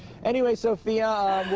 anyway, sophia,